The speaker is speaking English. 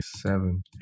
seven